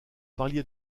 parliez